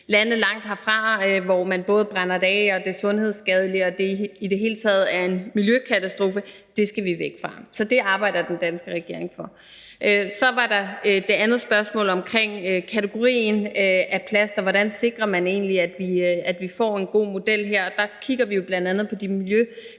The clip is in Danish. lande langt herfra, hvor man brænder det af og det er sundhedsskadeligt og det i det hele taget er en miljøkatastrofe, skal vi væk fra, så det arbejder den danske regering for. Så var der det andet spørgsmål om kategoriseringen af plast, og hvordan man egentlig sikrer, at vi får en god model her. Der kigger vi jo bl.a. på de